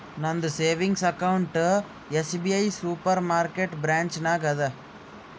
ನಂದ savings account SBI supermarket branch ನಾಗ್ ಅದಾ